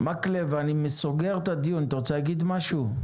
מקלב, אני סוגר את הדיון, אתה רוצה להגיד משהו?